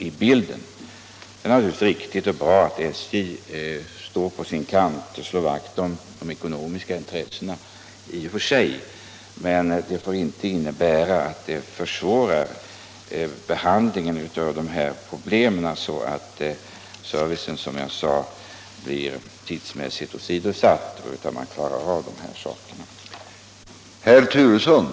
I och för sig är det naturligtvis riktigt att SJ slår vakt om sina ekonomiska intressen, men det får givetvis inte innebära att behandlingen av ett överlåtelseärende försvåras därigenom och att servicen som jag sade tidsmässigt blir åsidosatt. Sådana problem bör kunna lösas.